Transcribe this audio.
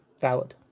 Valid